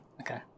Okay